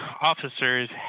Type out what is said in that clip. officers